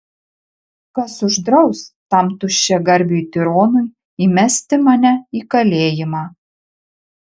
kas uždraus tam tuščiagarbiui tironui įmesti mane į kalėjimą